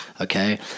okay